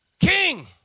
king